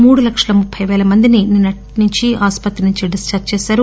మూడు లక్షల ముప్పై పేల మందిని నిన్నటి నుంచీ ఆస్పత్రి నుంచి డిక్పార్ల్ చేశారు